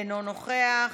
אינו נוכח,